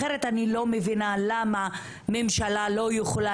אחרת אני לא מבינה למה ממשלה לא יכולה